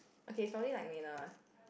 okay is probably like me now lah